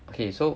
okay so